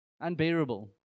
Unbearable